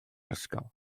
ysgol